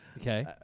Okay